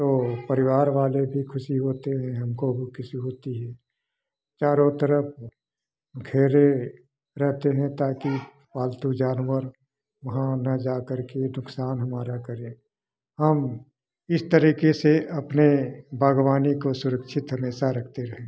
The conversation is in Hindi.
तो परिवार वाले भी खुशी होते हैं हमको भी खुशी होती है चारों तरफ घेरे रहते हैं ताकि पालतू जानवर वहाँ ना जाकर के नुकसान हमारा करें हम इस तरीके से अपने बागवानी काे सुरक्षित हमेशा रखते रहें